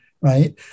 right